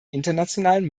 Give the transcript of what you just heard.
internationalen